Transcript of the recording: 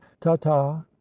Ta-ta